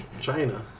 China